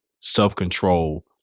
self-control